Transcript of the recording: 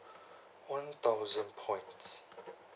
one thousand points